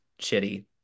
shitty